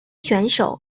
选手